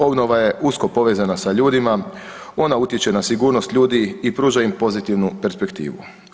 Obnova je usko povezana s ljudima, ona utječe na sigurnost ljudi i pruža im pozitivnu perspektivu.